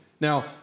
Now